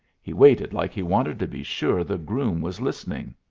he waited like he wanted to be sure the groom was listening.